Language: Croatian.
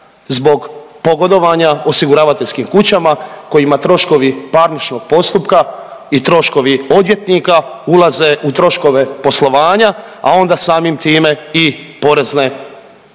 Zbog pogodovanja osiguravateljskim kućama kojima troškovi parničnog postupka i troškovi odvjetnika ulaze u troškove poslovanja, a onda samim time i porezne određene